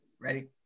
Ready